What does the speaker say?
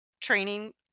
training